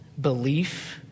belief